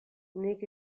nik